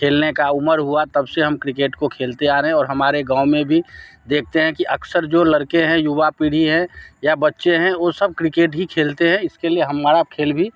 खेलने का उम्र हुआ तब से हम क्रिकेट को खेलते आ रहें और हमारे गाँव में भी देखते हैं कि अक्सर जो लड़के हैं युवा पीढ़ी हैं या बच्चे हैं ओ सब क्रिकेट ही खेलते हैं इसके लिए हमारा खेल भी